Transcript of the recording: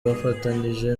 bafatanyije